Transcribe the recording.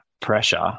pressure